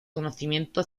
conocimiento